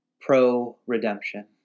pro-redemption